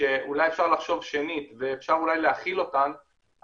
שאולי אפשר לחשוב שנית ואפשר אולי להכיל אותן,